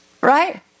Right